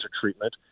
treatment